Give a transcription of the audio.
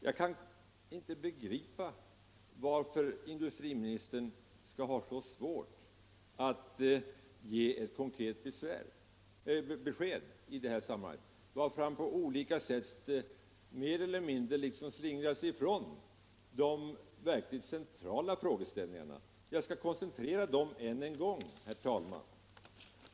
Jag kan inte begripa varför industriministern har så svårt att ge ett konkret besked i detta sammanhang, varför han mer eller mindre slingrar sig ifrån de verkligt centrala frågeställningarna. Jag skall koncentrera dem än en gång.